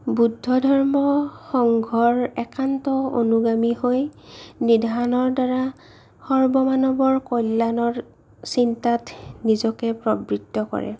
বুদ্ধ ধৰ্ম সংঘৰ একান্ত অনুগামী হৈ নিধানৰ দ্বাৰা সৰ্বমানৱৰ কল্যাণৰ চিন্তাত নিজকে প্ৰবৃত্ত কৰে